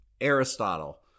Aristotle